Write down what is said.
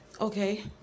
Okay